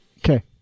Okay